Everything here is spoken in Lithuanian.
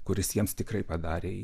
kuris jiems tikrai padarė